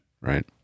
Right